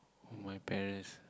oh my parents